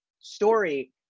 story